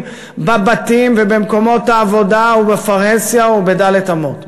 בבתים ובמקומות העבודה ובפרהסיה ובד' אמות,